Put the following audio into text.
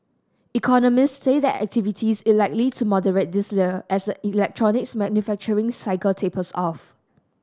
economists say activity it likely to moderate this year as the electronics manufacturing cycle tapers off